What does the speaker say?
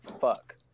fuck